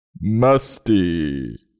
Musty